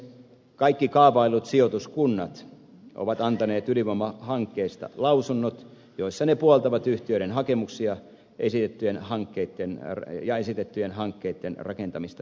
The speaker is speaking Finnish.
kaikki kaavaillut sijoituskunnat ovat antaneet ydinvoimahankkeesta lausunnot joissa ne puoltavat yhtiöiden hakemuksia ja esitettyjen hankkeitten rakentamista